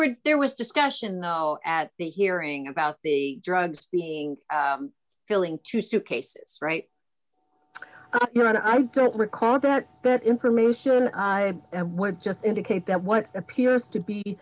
were there was discussion though at the hearing about the drugs being filling two suitcases right you know i don't recall that that information i would just indicate that what appears to be